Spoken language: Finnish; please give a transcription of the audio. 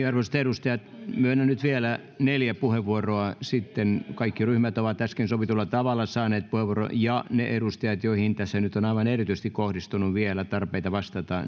arvoisat edustajat myönnän nyt vielä neljä puheenvuoroa sitten kaikki ryhmät ovat äsken sovitulla tavalla saaneet puheenvuoron ja myönnän puheenvuorot myöskin niille edustajille joihin tässä nyt on aivan erityisesti kohdistunut vielä tarpeita vastata